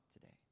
today